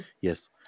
Yes